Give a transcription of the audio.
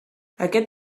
aquest